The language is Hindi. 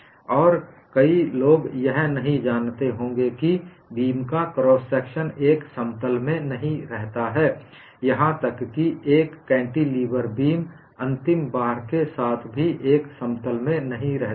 और कई लोग यह नहीं जानते होंगे कि बीम का क्रॉस सेक्शन एक समतल में नहीं रहता है यहां तक कि एक कैंटिलीवर बीम अंतिम भार के साथ भी एक समतल में नहीं रहता है